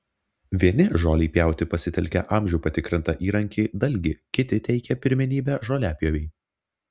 vieni žolei pjauti pasitelkia amžių patikrintą įrankį dalgį kiti teikia pirmenybę žoliapjovei